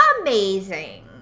amazing